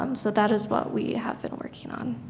um so that is what we have been working on.